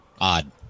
Odd